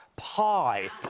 Pie